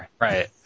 right